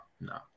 no